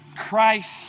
Christ